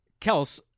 Kels